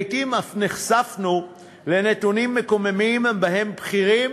לעתים אף נחשפנו לנתונים מקוממים שלפיהם בכירים